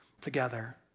together